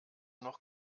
noch